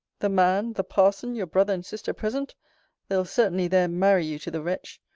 the man, the parson, your brother and sister present they'll certainly there marry you to the wretch.